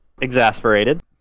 exasperated